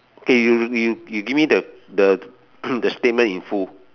okay you you you give me the the the statement in full